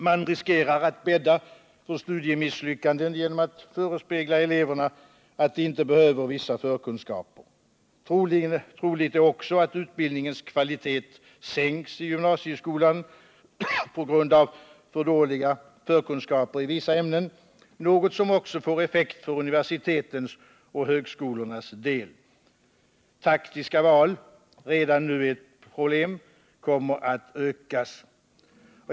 Man riskerar att bädda för studiemisslyckanden genom att förespegla eleverna, att de inte behöver vissa förkunskaper. Troligt är också att kvaliteten på utbildningen sänks i gymnasieskolan på grund av för dåliga förkunskaper i vissa ämnen, något som också får effekt för universitetens och högskolornas del. De taktiska valen, som redan nu är ett problem, kommer att öka.